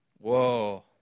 Whoa